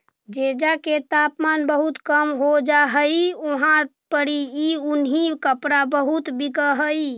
जेजा के तापमान बहुत कम हो जा हई उहाँ पड़ी ई उन्हीं कपड़ा बहुत बिक हई